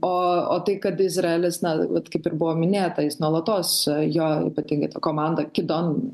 o o tai kad izraelis na vat kaip ir buvo minėta jis nuolatos jo ypatingai ta komanda kidon